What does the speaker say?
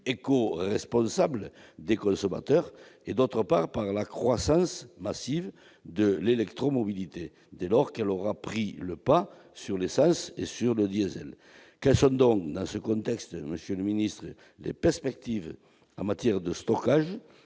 écoresponsables des consommateurs et, d'autre part, par la croissance massive de l'électromobilité dès lors qu'elle aura pris le pas sur l'essence et le diesel. Quelles sont donc dans ce contexte, les perspectives en matière de stockage